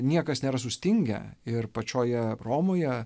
niekas nėra sustingę ir pačioje romoje